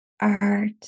art